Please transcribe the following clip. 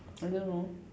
I don't know